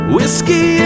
Whiskey